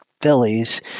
phillies